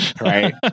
Right